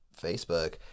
Facebook